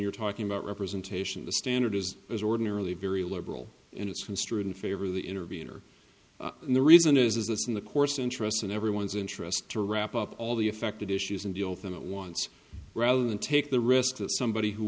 you're talking about representation the standard is as ordinarily very liberal in its construed in favor of the intervener and the reason is this in the course interest in everyone's interest to wrap up all the affected issues and deal with them at once rather than take the risk that somebody who